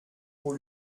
pour